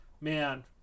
Man